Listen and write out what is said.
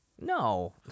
No